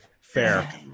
fair